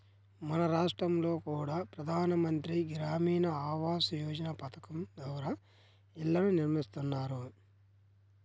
మన రాష్టంలో కూడా ప్రధాన మంత్రి గ్రామీణ ఆవాస్ యోజన పథకం ద్వారా ఇళ్ళను నిర్మిస్తున్నారు